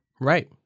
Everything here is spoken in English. right